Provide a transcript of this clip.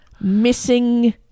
Missing